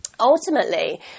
ultimately